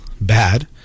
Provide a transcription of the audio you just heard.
bad